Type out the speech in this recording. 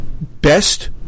best